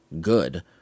good